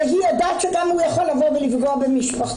והיא יודעת שגם הוא יכול לבוא ולפגוע במשפחתה,